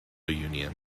union